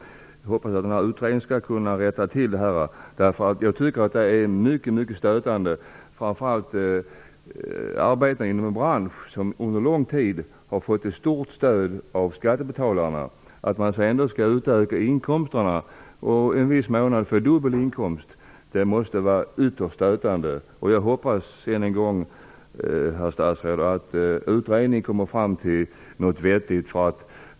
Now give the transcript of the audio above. Jag hoppas att utredningen skall komma till rätta med detta. Det här är ju mycket stötande, framför allt som det gäller en bransch som under lång tid har fått ett stort stöd från skattebetalarna. Att sedan utöka inkomsten och vissa månader få dubbel inkomst måste vara ytterst stötande. Än en gång, herr statsråd: Jag hoppas att utredningen kommer fram till något som är vettigt.